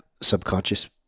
subconscious